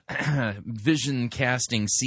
vision-casting